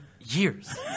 years